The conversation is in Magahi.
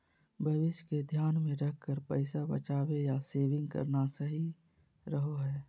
भविष्य के ध्यान मे रखकर पैसा बचावे या सेविंग करना सही रहो हय